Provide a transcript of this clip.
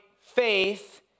faith